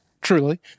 truly